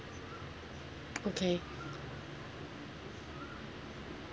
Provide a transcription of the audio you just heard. okay